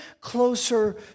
closer